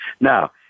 Now